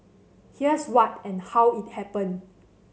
here's what and how it happened